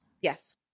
Yes